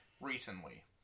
recently